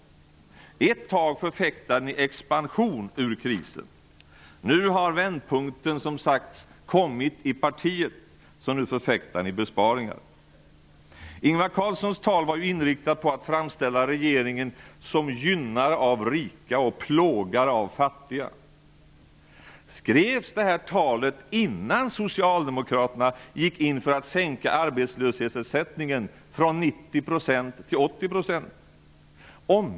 Ett tag förfäktade ni expansion för att vi skulle ta oss ur krisen. Nu har vändpunkten, som sagt, kommit i partiet, så nu förfäktar ni besparingar. Ingvar Carlssons tal var inriktat på att framställa regeringen som gynnare av rika och plågare av fattiga. Skrevs detta tal innan socialdemokraterna gick in för att sänka arbetslöshetsersättningen från 90 % till 80 %?